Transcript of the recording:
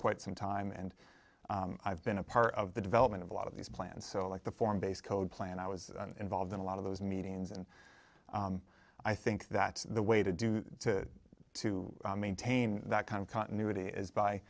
quite some time and i've been a part of the development of a lot of these plans so like the form base code plan i was involved in a lot of those meetings and i think that the way to do to maintain that kind of continuity is by